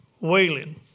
wailing